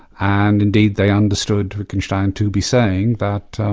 and indeed they understood wittgenstein to be saying that,